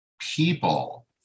people